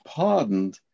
pardoned